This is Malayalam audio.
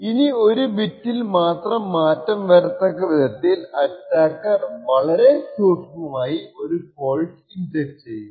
ഇനി ഒരു ബിറ്റിൽ മാത്രം മാറ്റം വരത്തക്ക വിധത്തിൽ അറ്റാക്കർ വളരെ സൂക്ഷ്മമായി ഒരു ഫോൾട്ട് ഇൻജെക്റ്റ് ചെയ്യും